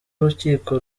urukiko